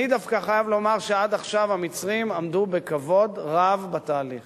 אני דווקא חייב לומר שעד עכשיו המצרים עמדו בכבוד רב בתהליך